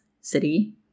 city